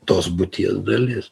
tos būties dalis